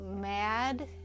mad